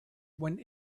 went